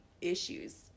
issues